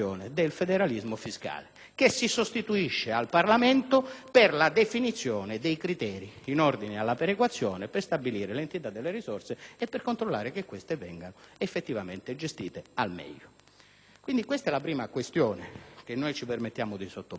che si sostituisce al Parlamento nella definizione dei criteri in ordine alla perequazione, per stabilire l'entità delle risorse e per controllare che queste vengano effettivamente gestite al meglio. Quindi, questa è la prima questione che ci permettiamo di sottoporvi, anche perché